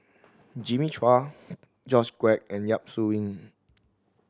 Jimmy Chua George Quek and Yap Su Yin